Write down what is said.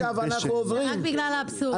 רק בגלל האבסורד.